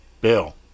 Bill